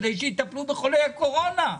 כדי שיטפלו בחולי הקורונה.